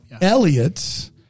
Elliot